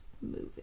moving